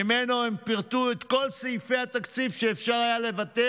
שממנו הם פירטו את כל סעיפי התקציב שאפשר היה לוותר